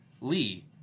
Lee